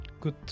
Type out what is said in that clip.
good